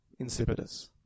insipidus